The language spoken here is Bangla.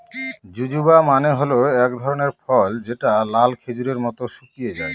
জুজুবা মানে হল এক ধরনের ফল যেটা লাল খেজুরের মত শুকিয়ে যায়